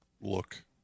look